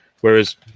Whereas